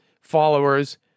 followers